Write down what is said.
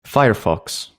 firefox